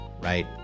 right